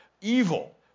evil